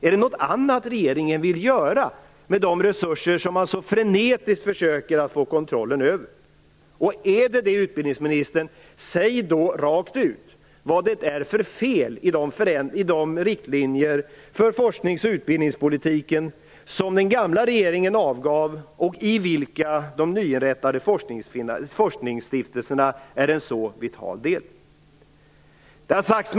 Är det något annat regeringen vill göra med resurser som man så frenetiskt försöker att få kontrollen över? Om det är det - utbildningsministern - säg då rakt ut vad det är för fel på de riktlinjer för forsknings och - utbildningspolitiken som den förra regeringen avgav och i vilka de nyinrättade forskningsstiftelserna är en så vital del. Fru talman!